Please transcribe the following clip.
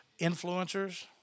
influencers